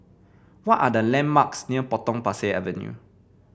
what are the landmarks near Potong Pasir Avenue